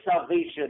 salvation